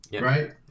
right